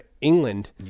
England